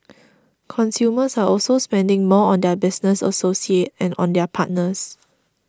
consumers are also spending more on their business associate and on their partners